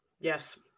yes